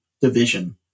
division